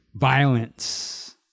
violence